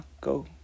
go